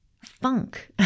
Funk